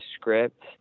script